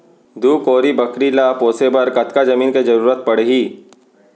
दू कोरी बकरी ला पोसे बर कतका जमीन के जरूरत पढही?